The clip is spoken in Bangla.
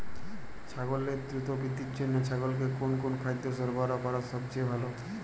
ছাগলের দ্রুত বৃদ্ধির জন্য ছাগলকে কোন কোন খাদ্য সরবরাহ করা সবচেয়ে ভালো?